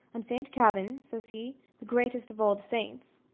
i'm saint kavin, says he, the greatest of all the saints.